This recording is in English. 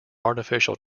artificial